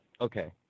Okay